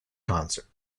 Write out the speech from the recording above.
concert